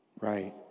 Right